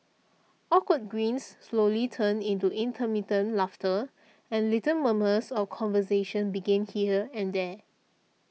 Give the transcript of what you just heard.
awkward grins slowly turned into intermittent laughter and little murmurs of conversation began here and there